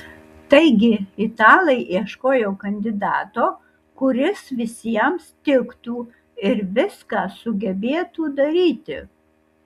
taigi italai ieškojo kandidato kuris visiems tiktų ir viską sugebėtų daryti